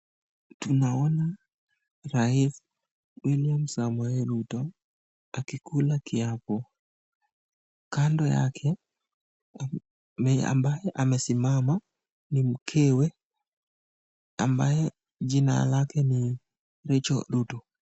Tunaona raisi William Samoi Ruto akikula kiapo kando yake, ambaye amesimama ni mkewe ambaye jina lake ni Rachel Ruto